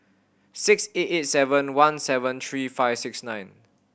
six eight eight seven one seven three five six nine